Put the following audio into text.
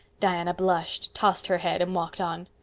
diana blushed, tossed her head, and walked on.